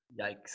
Yikes